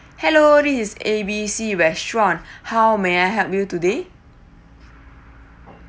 hello this is A B C restaurant how may I help you today